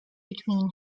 between